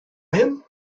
him